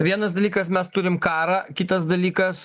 vienas dalykas mes turim karą kitas dalykas